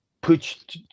put